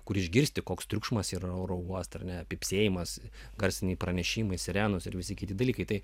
kur išgirsti koks triukšmas ir oro uostą ne pypsėjimas garsiniai pranešimai sirenos ir visi kiti dalykai